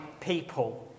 people